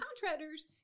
contractors